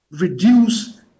reduce